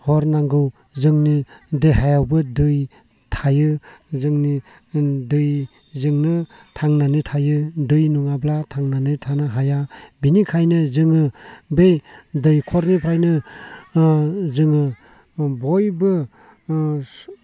नांगौ जोंनि देहायावबो दै थायो जों दैजोंनो थांनानै थायो दै नङाब्ला थांनानै थानो हाया बेनिखायनो जोङो बे दैखरनिफ्रायनो जोङो बयबो